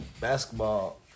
basketball